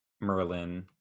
Merlin